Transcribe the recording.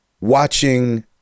watching